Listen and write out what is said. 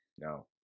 No